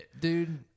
Dude